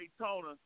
Daytona